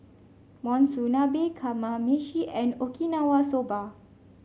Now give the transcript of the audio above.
Monsunabe Kamameshi and Okinawa Soba